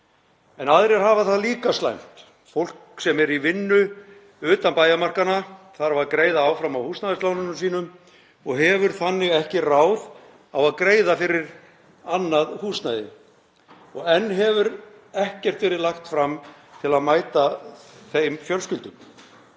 En aðrir hafa það líka slæmt. Fólk sem er í vinnu utan bæjarmarkanna þarf að greiða áfram af húsnæðislánunum sínum og hefur þannig ekki ráð á að greiða fyrir annað húsnæði og enn hefur ekkert verið lagt fram til að mæta þeim fjölskyldum.